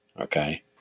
Okay